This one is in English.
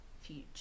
future